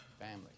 family